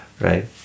right